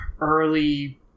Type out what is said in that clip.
early